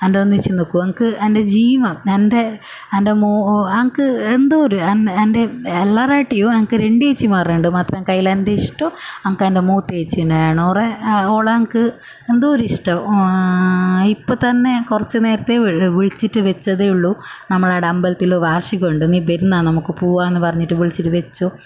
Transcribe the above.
എൻ്റെ ഒന്നിച്ച് നിൽക്കും എനിക്ക് എൻ്റെ ജീവാ ഞാനെൻ്റെ എൻ്റെ മോ എനിക്ക് എന്തോ ഒരു എൻ്റെ എല്ലാവരെയായിട്ടും എനിക്ക് രണ്ട് ചേച്ചിമാരുണ്ട് മാത്രം കൈയ്യിൽ എൻ്റെ ഇഷ്ടം എനിക്ക് എൻ്റെ മൂത്ത ഏച്ചിനെയാണ് ഓറെ ഓളെ എനിക്ക് എന്തോരിഷ്ടമാണ് ആ ഇപ്പോൾ തന്നെ കുറച്ചു നേരത്തെ വിളിച്ചിട്ട് വെച്ചതേ ഉള്ളൂ നമ്മളവിടെ അമ്പലത്തിൽ വാർഷികം ഉണ്ട് നീ വരുന്നോ നമുക്ക് പോവാമെന്ന് പറഞ്ഞിട്ട് വിളിച്ചിട്ട് വെച്ചു